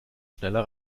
schneller